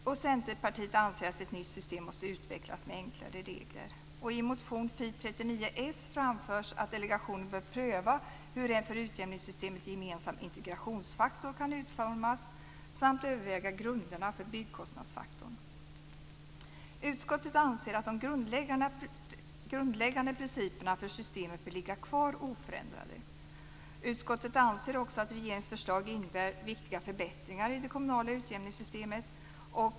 Centerpartiet anser att ett nytt system måste utvecklas med enklare regler. I motion Fi39, s, framförs att delegationen bör pröva hur en för utjämningssystemet gemensam integrationsfaktor kan utformas samt överväga grunderna för byggkostnadsfaktorn. Utskottet anser att de grundläggande principerna för systemet bör ligga kvar oförändrade. Utskottet anser också att regeringens förslag innebär viktiga förbättringar i det kommunala utjämningssystemet.